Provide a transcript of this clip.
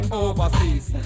overseas